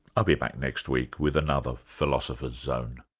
i'll be back next week with another philosopher's zone